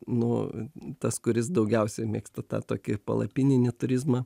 nu tas kuris daugiausiai mėgstu tą tokį palapininį turizmą